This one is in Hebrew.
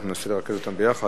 אנחנו ננסה לרכז אותן ביחד.